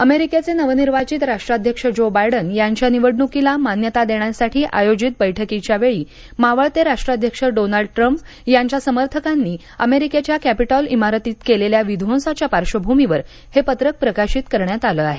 अमेरिकेचे नवनिर्वाचित राष्ट्राध्यक्ष ज्यो बायडन यांच्या निवडणुकीला मान्यता देण्यासाठी आयोजित बैठकीच्या वेळी मावळते राष्ट्राध्यक्ष डोनाल्ड ट्रंप यांच्या समर्थकांनी अमेरिकेच्या कॅपिटॉल इमारतीत केलेल्या विध्वंसाच्या पार्श्वभूमीवर हे पत्रक प्रकाशित करण्यात आलं आहे